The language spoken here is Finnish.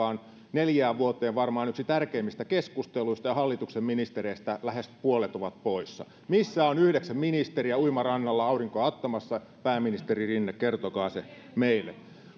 on neljään vuoteen varmaan yksi tärkeimmistä keskusteluista ja hallituksen ministereistä lähes puolet on poissa missä on yhdeksän ministeriä uimarannalla aurinkoa ottamassa pääministeri rinne kertokaa se meille